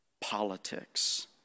politics